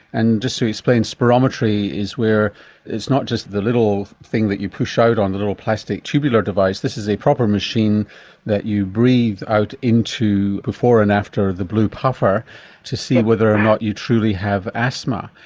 and just to explain, spirometry is where it's not just the little thing that you push out on the little plastic tubular device, this is a proper machine that you breathe out into before and after the blue puffer to see whether or not you truly have asthma,